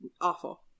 awful